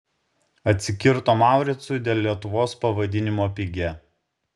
atsikirto mauricui dėl lietuvos pavadinimo pigia